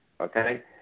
okay